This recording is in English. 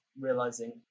realizing